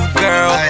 girl